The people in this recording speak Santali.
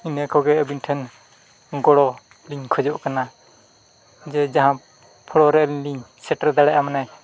ᱱᱤᱭᱟᱹ ᱠᱚᱜᱮ ᱟᱹᱵᱤᱱ ᱴᱷᱮᱱ ᱜᱚᱲᱚᱞᱤᱧ ᱠᱷᱚᱡᱚᱜ ᱠᱟᱱᱟ ᱡᱮ ᱡᱟᱦᱟᱸ ᱯᱷᱳᱲᱳᱨᱮ ᱞᱤᱧ ᱥᱮᱴᱮᱨ ᱫᱟᱲᱮᱭᱟᱜᱼᱟ ᱢᱟᱱᱮ